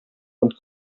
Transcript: und